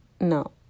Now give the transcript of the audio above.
No